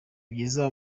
byiza